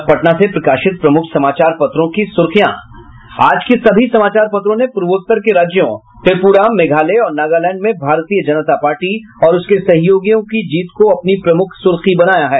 अब पटना से प्रकाशित प्रमुख समाचार पत्रों की सुर्खियां आज के सभी समाचार पत्रों ने पूर्वोत्तर के राज्यों त्रिपुरा मेघालय और नागालैंड में भारतीय जनता पार्टी और उसके सहयोगियों की जीत को अपनी प्रमुख सुर्खी बनया है